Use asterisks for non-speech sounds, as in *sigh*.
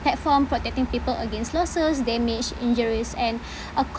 platform protecting people against losses damage injuries and *breath* or